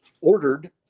ordered